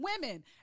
Women